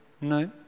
No